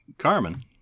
Carmen